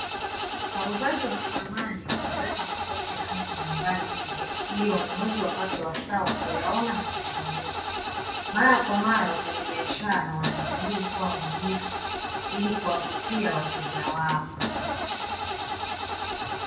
Wauzaji wa samani wameweka makochi ya rangi mbalimbali nje ili